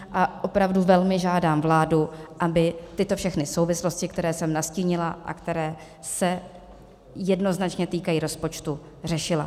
A opravdu velmi žádám vládu, aby tyto všechny souvislosti, které jsem nastínila a které se jednoznačně týkají rozpočtu, řešila.